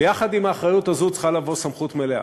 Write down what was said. ויחד עם האחריות הזאת צריכה לבוא סמכות מלאה.